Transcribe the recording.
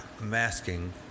masking